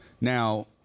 now